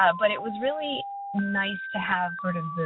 ah but it was really nice to have, sort of,